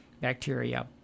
bacteria